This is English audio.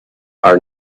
are